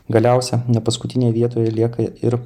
galiausia ne paskutinėje vietoje lieka ir